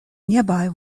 nearby